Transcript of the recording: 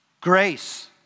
grace